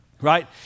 right